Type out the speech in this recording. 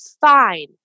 fine